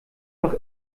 noch